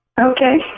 Okay